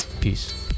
Peace